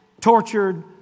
tortured